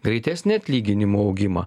greitesnį atlyginimų augimą